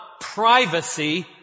privacy